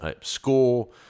school